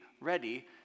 ready